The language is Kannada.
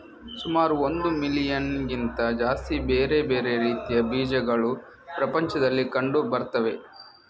ಸುಮಾರು ಒಂದು ಮಿಲಿಯನ್ನಿಗಿಂತ ಜಾಸ್ತಿ ಬೇರೆ ಬೇರೆ ರೀತಿಯ ಬೀಜಗಳು ಪ್ರಪಂಚದಲ್ಲಿ ಕಂಡು ಬರ್ತವೆ